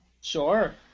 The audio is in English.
Sure